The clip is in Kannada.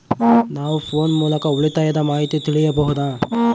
ನಾವು ಫೋನ್ ಮೂಲಕ ಉಳಿತಾಯದ ಮಾಹಿತಿ ತಿಳಿಯಬಹುದಾ?